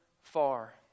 far